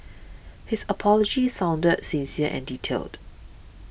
his apology sounded sincere and detailed